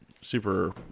Super